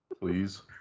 please